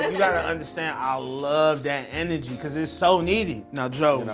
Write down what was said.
gotta understand, i love that energy, cause it's so needed. now, joe.